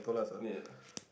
ya